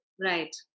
Right